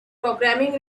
programming